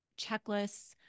checklists